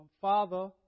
father